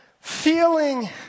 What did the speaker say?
feeling